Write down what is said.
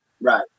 right